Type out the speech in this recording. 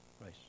right